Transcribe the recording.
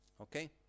Okay